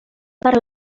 per